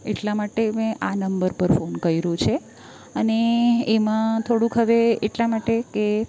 એટલા માટે મેં આ નંબર પર ફોન કર્યો છે અને એમાં થોડું હવે એટલા માટે કે